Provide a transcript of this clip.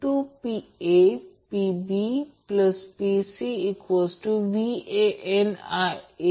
तर VAN हा बिंदू आहे हे फेज व्होल्टेज आहे